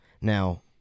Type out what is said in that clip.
Now